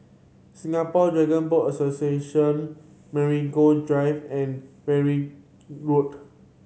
Singapore Dragon Boat Association Marigold Drive and Verdun Road